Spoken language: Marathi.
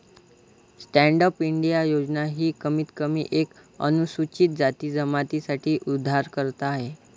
स्टैंडअप इंडिया योजना ही कमीत कमी एक अनुसूचित जाती जमाती साठी उधारकर्ता आहे